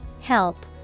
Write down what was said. Help